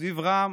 סביב רע"מ,